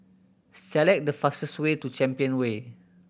select the fastest way to Champion Way